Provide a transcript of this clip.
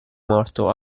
morto